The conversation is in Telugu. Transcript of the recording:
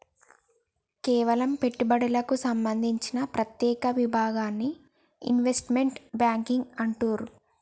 కేవలం పెట్టుబడులకు సంబంధించిన ప్రత్యేక విభాగాన్ని ఇన్వెస్ట్మెంట్ బ్యేంకింగ్ అంటుండ్రు